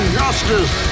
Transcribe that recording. justice